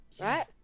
Right